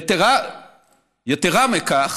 יתרה מזו,